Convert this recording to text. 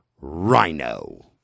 Rhino